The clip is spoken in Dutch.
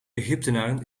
egyptenaren